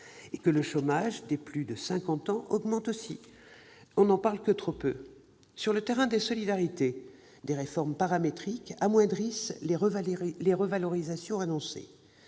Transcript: et que le chômage des plus de cinquante ans augmente aussi. On n'en parle que trop peu ! Sur le terrain des solidarités, des réformes paramétriques amoindrissent les revalorisations annoncées.